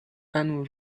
annual